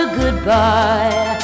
goodbye